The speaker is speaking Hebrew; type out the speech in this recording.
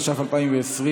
התש"ף 2020,